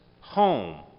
home